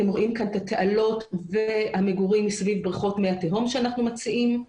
אתם רואים כאן את התעלות והמגורים סביב בריכות מי התהום שאנחנו מציעים.